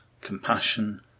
compassion